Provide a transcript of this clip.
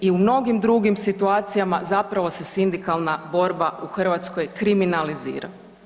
I u mnogim drugim situacijama zapravo se sindikalna borba u Hrvatskoj kriminalizira.